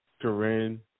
Corinne